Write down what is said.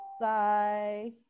Bye